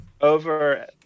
over